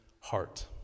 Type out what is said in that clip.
heart